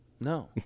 No